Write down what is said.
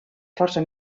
força